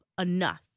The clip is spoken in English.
enough